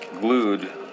...glued